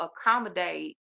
accommodate